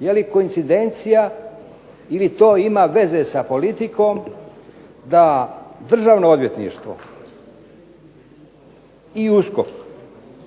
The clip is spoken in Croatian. je li koincidencija ili to ima veze sa politikom da Državno odvjetništvo i USKOK